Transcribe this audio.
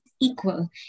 equal